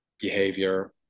behavior